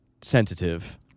sensitive